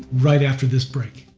right after this break.